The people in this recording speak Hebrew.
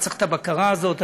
וצריך את הבקרה הזאת.